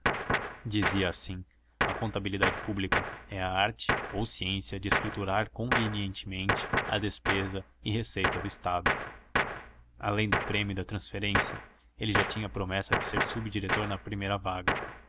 dizia assim a contabilidade pública é a arte ou ciência de escriturar convenientemente a despesa e receita do estado além do prêmio e da transferência ele já tinha promessa de ser subdiretor na primeira vaga